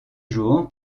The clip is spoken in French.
jour